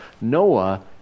Noah